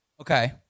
Okay